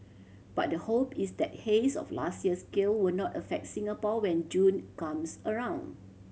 but the hope is that haze of last year's scale will not affect Singapore when June comes around